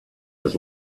was